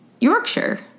Yorkshire